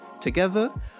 Together